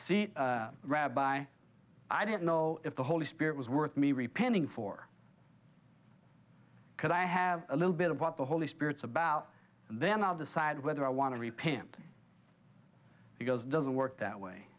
see rabbi i didn't know if the holy spirit was worth me repenting for because i have a little bit of what the holy spirit's about then i'll decide whether i want to repent because it doesn't work that way